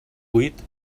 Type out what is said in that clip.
cuit